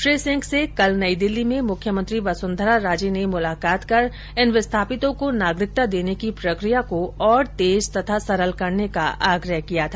श्री सिंह से कल नई दिल्ली में मुख्यमंत्री वसुन्धरा राजे ने मुलाकात कर इन विस्थापितों को नागरिकता देने की प्रक्रिया को और तेज तथा सरल करने का आग्रह किया था